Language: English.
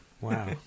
Wow